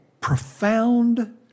profound